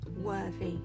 worthy